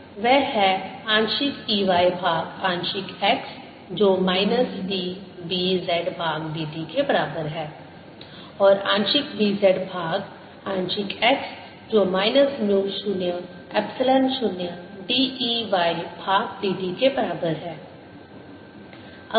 Ey∂x Bz∂t±1vEy∂tvspeed of waves Bz±Eyv±Eyc Waves travelling to the right BzEyc BxEyc तो मेरे पास जो समीकरण हैं वह है आंशिक E y भाग आंशिक x जो माइनस d B z भाग dt के बराबर है और आंशिक B z भाग आंशिक x जो माइनस mu 0 epsilon 0 d E y भाग dt के बराबर है